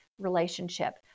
relationship